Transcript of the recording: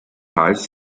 hals